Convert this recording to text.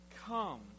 come